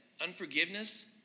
Unforgiveness